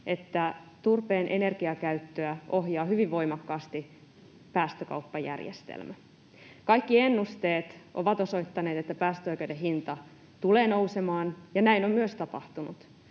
että turpeen energiakäyttöä ohjaa hyvin voimakkaasti päästökauppajärjestelmä. Kaikki ennusteet ovat osoittaneet, että päästöoikeuden hinta tulee nousemaan, ja näin on myös tapahtunut,